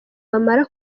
bamara